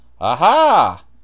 Aha